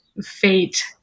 fate